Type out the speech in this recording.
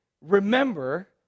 remember